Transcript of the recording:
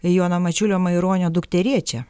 jono mačiulio maironio dukterėčia